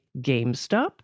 GameStop